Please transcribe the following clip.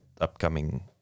upcoming